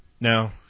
no